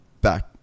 back